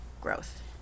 growth